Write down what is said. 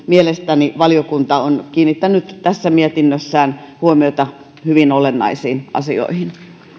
mielestäni valiokunta on kiinnittänyt tässä mietinnössään huomiota hyvin olennaisiin asioihin